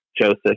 Joseph